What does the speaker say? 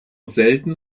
selten